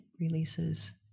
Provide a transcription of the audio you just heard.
releases